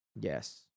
yes